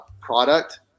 product